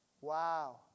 Wow